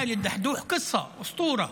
ואאל א-דחדוח (אומר בערבית: הוא סיפור אגדה.)